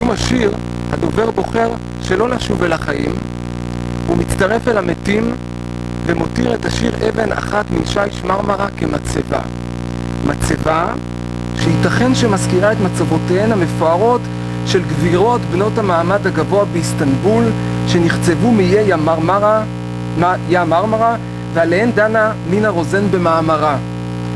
בסיום השיר, הדובר בוחר שלא לשוב אל החיים ומצטרף אל המתים ומותיר את השיר אבן אחת משיש מרמרה כמצבה. מצבה שייתכן שמזכירה את מצבותיהן המפוארות של גבירות בנות המעמד הגבוה באיסטנבול שנחצבו מאי המרמרה ועליהן דנה מינה רוזן במאמרה